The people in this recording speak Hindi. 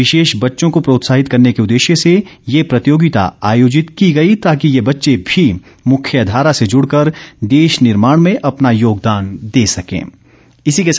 इस से बच्चों को प्रोत्साहित करने के उदेश्य से ये प्रतियोगिता आयोजित की गई ताकि ये बच्चें भी मुख्यधारा से जुड़कर देश निर्माण में अपना योगदान दे सके